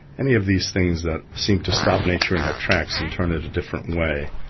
any of these things that seem to stop nature in her tracks and turn it a different way,